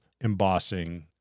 embossing